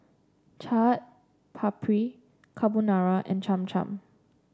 Chaat Papri Carbonara and Cham Cham